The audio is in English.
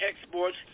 exports